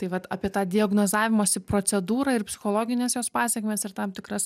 tai vat apie tą diagnozavimosi procedūrą ir psichologines jos pasekmes ir tam tikras